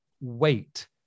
wait